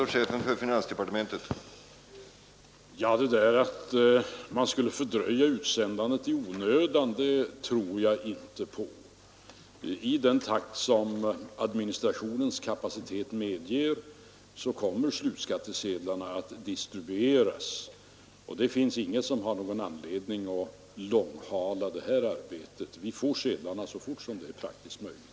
Herr talman! Att man skulle fördröja utsändandet i onödan tror jag inte på. I den takt som administrationens kapacitet medger kommer slutskattesedlarna att distribueras. Det finns ingen som har någon anledning att långhala det här arbetet. Vi får sedlarna så fort som det är praktiskt möjligt.